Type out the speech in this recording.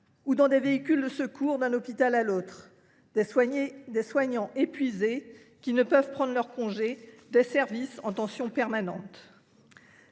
ou dans des véhicules de secours, emmenés d’un hôpital à l’autre, des soignants épuisés ne pouvant pas prendre leurs congés, des services en tension permanente.